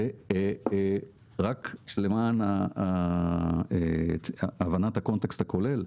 ורק למען הבנת הקונטקסט הכולל,